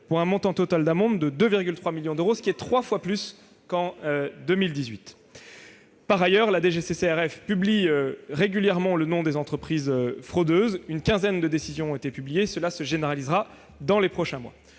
pour un montant total de 2,3 millions d'euros d'amendes, soit trois fois plus qu'en 2018. Par ailleurs, la DGCCRF publie régulièrement le nom des entreprises fraudeuses. Une quinzaine de décisions ont été publiées, et cela se généralisera dans les prochains mois.